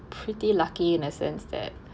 pretty lucky in a sense that